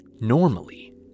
normally